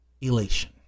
elation